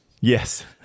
Yes